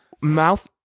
mouth